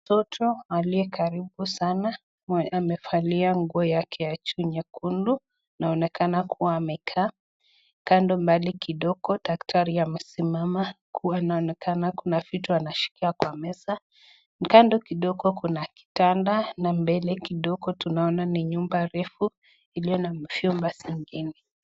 Mtoto aliye karibu sana mwenye mwenye alivalia nguo ya kiatu nyekundu inaonekana kuwa amekaa kando mbali kidogo daktarii amesimama kuwa anaona vitu anashikia kwa meza kando kidogo Kuna kitanda na mbele kidogo tunaona nyumba refu iliio na vyumba vingine.